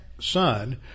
Son